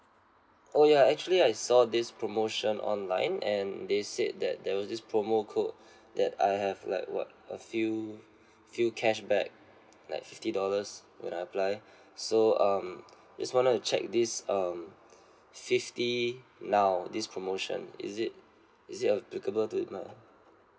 oh ya actually I saw this promotion online and they said that there was this promo code that I have like what a few few cashback like fifty dollars when I apply so um just wanted to check this um fifty now this promotion is it is it applicable to no